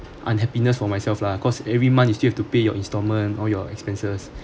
unhappiness for myself lah because every month you still have to pay your installment all your expenses